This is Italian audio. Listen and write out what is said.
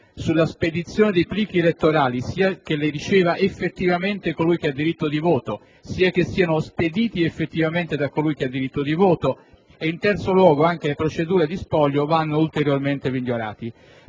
sulla spedizione dei plichi elettorali (sia che li riceva effettivamente colui che ha diritto di voto, sia che siano spediti effettivamente da colui che ha diritto di voto) e in terzo luogo anche sulle procedure di spoglio vanno ulteriormente precisati.